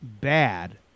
bad